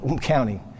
county